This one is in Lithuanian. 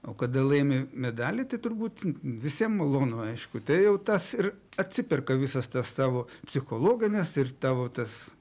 o kada laimi medalį tai turbūt visiem malonu aišku tai jau tas ir atsiperka visas tas tavo psichologinis ir tavo tas